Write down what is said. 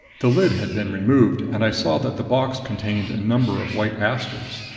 the lid had been removed and i saw that the box contained a number of white asters.